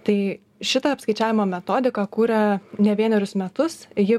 tai šitą apskaičiavimo metodiką kūrė ne vienerius metus ji